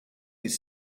his